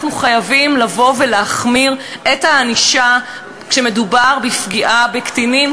אנחנו חייבים לבוא ולהחמיר את הענישה כשמדובר בפגיעה בקטינים.